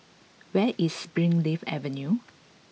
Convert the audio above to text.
where is Springleaf Avenue